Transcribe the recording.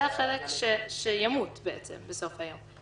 זה החלק שימות בסוף היום.